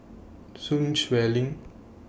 Sun Xueling